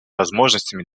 возможностями